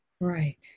Right